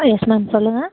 ஆ yes ma'am சொல்லுங்க